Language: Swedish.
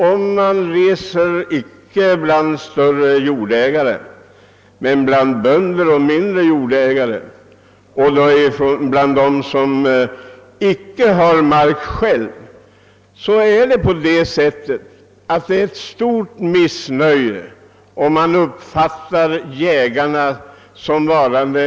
När man är ute och reser och talar, icke med större jordägare men med bönder, mindre jordägare och folk som inte har egen mark så finner man att det råder ett starkt missnöje med nuvarande ordning.